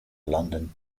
london